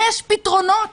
יש פתרונות